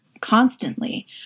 constantly